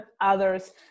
others